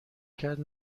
کرد